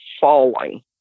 falling